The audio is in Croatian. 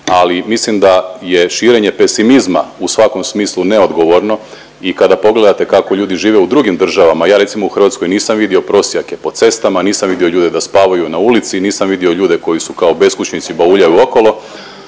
Ali mislim da je širenje pesimizma u svakom smislu neodgovorno i kada pogledate kako ljudi žive u drugim državama. Ja recimo u Hrvatskoj nisam vidio prosjake po cestama, nisam vidio ljude da spavaju na ulici, nisam vidio ljude koji su kao beskućnici bauljaju okolo,